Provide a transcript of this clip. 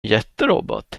jätterobot